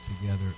together